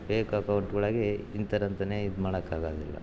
fake account ಒಳಗೆ ಇಂಥೋರಂತನೆ ಇದು ಮಾಡೋಕ್ಕಾಗೋದಿಲ್ಲ